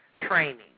training